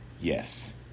Yes